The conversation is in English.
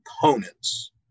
components